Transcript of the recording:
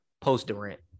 post-Durant